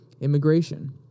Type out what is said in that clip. immigration